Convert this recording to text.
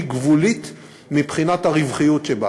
היא גבולית מבחינת הרווחיות שבה.